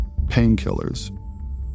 painkillers